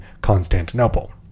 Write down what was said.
Constantinople